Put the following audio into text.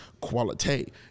quality